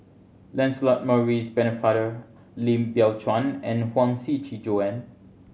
Lancelot Maurice Pennefather Lim Biow Chuan and Huang Shiqi Joan